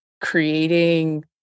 creating